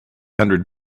hundred